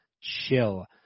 chill